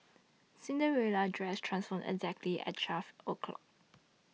Cinderella's dress transformed exactly at twelve o'clock